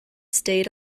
stayed